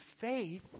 faith